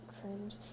cringe